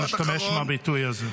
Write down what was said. משפט אחרון -- לא להשתמש בביטוי הזה.